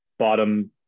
bottom